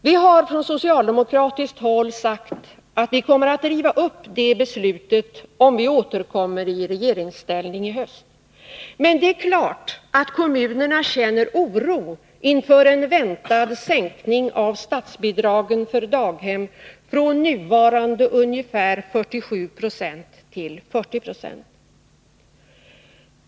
Vi har från socialdemokratiskt håll sagt att vi kommer att riva upp det beslutet om vi återkommer i regeringsställning i höst, men det är klart att kommunerna känner oro inför en väntad sänkning av statsbidragen för daghem från nuvarande ungefär 47 9 till 40 90.